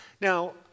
Now